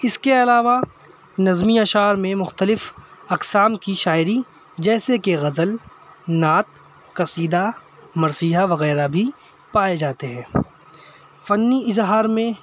اس کے علاوہ نظمی اشعار میں مختلف اقسام کی شاعری جیسے کہ غزل نعت قصیدہ مرثیہ وغیرہ بھی پائے جاتے ہیں فنی اظہار میں